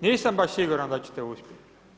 Nisam baš siguran da ćete uspjeti.